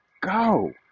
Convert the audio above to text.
go